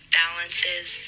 balances